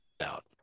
out